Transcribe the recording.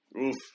Oof